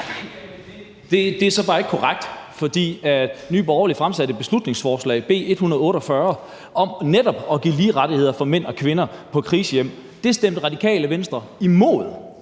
Det er så bare ikke korrekt, for Nye Borgerlige fremsatte beslutningsforslag B 148 om netop at give mænd og kvinder lige rettigheder, hvad angår hjælp på krisehjem. Det stemte Radikale Venstre imod.